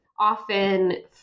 often